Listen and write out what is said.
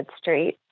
Street